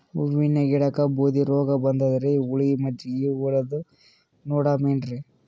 ಹೂವಿನ ಗಿಡಕ್ಕ ಬೂದಿ ರೋಗಬಂದದರಿ, ಹುಳಿ ಮಜ್ಜಗಿ ಹೊಡದು ನೋಡಮ ಏನ್ರೀ?